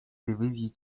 dywizji